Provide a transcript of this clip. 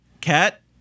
Cat